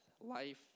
life